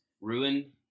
ruin